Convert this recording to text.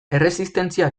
erresistentzia